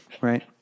right